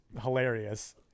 hilarious